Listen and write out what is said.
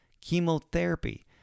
Chemotherapy